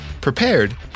prepared